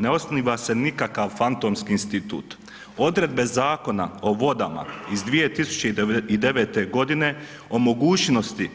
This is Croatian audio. Ne osniva se nikakav fantomski institut, odredbe Zakona o vodama iz 2009. o mogućnosti